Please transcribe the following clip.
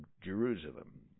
Jerusalem